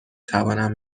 توانم